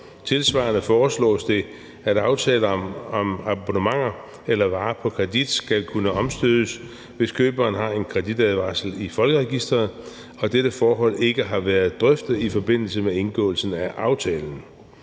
»Tilsvarende foreslås det, at aftaler om abonnementer eller varer på kredit skal kunne omstødes, hvis køberen har en kreditadvarsel i Folkeregisteret - og dette forhold ikke har været drøftet i forbindelse med indgåelsen af aftalen«.